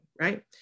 right